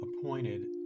appointed